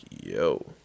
yo